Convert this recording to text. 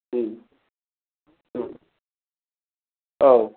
औ